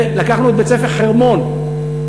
ולקחנו את בית-ספר "חרמון",